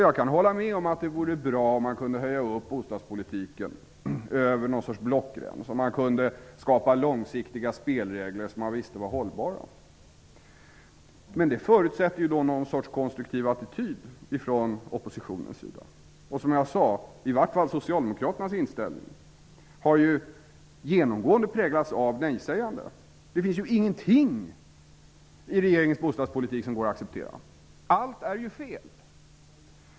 Jag kan hålla med om att det vore bra om man kunde höja bostadspolitiken över blockgränserna och skapa långsiktiga spelregler som man visste var hållbara. Men det förutsätter en konstruktiv attityd från oppositionens sida. Som jag sade har i varje fall socialdemokraternas inställning genomgående präglats av nej-sägande. Det finns ingenting i regeringens bostadspolitik som går att acceptera. Allt är fel.